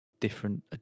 different